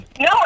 No